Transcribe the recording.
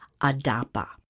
Adapa